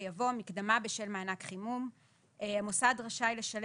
יבוא: "מקדמה בשל מענק חימום 4א. המוסד רשאי לשלם